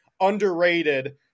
underrated